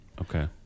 Okay